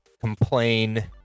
complain